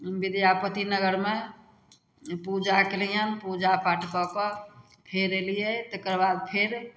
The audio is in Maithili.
विद्यापति नगरमे पूजा कयलियनि पूजा पाठ कए कऽ फेर अयलियै तकरबाद फेर